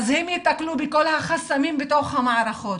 אז הם ייתקלו בכל החסמים בתוך המערכות.